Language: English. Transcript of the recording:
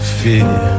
fear